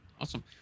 Awesome